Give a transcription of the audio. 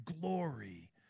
glory